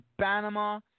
Panama